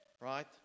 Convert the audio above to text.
Right